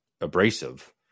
abrasive